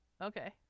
okay